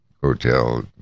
hotel